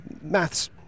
maths